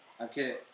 okay